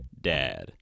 DAD